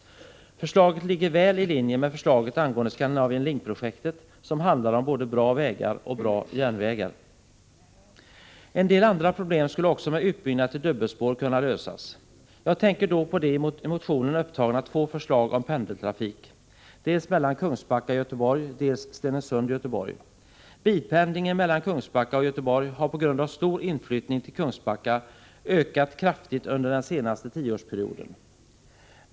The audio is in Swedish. Förslaget ligger väl i linje med Scandinavian Link-projektet, som handlar om både bra vägar och bra järnvägar. En del andra problem skulle också kunna lösas med utbyggnad till dubbelspår. Jag tänker då på de i motionen upptagna två förslagen om pendeltrafik, dels Kungsbacka-Göteborg, dels Stenungsund-Göteborg. Bilpendlingen mellan Kungsbacka och Göteborg har på grund av stor inflyttning till Kungsbacka ökat kraftigt under den senaste tioårsperioden.